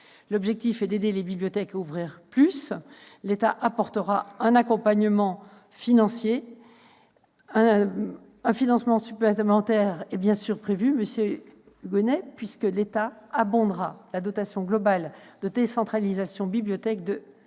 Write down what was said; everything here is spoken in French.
L'objectif est d'aider les bibliothèques à ouvrir « plus ». L'État apportera un accompagnement financier. Un financement supplémentaire est bien sûr prévu, monsieur Hugonet, puisque l'État abondera la dotation globale de décentralisation pour les bibliothèques